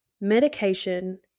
Medication